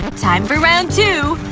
time for round two.